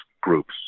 groups